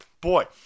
Boy